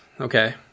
Okay